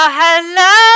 hello